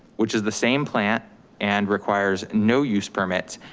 which is the same plant and requires no use permit,